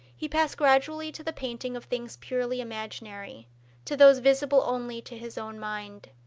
he passed gradually to the painting of things purely imaginary to those visible only to his own mind.